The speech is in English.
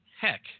heck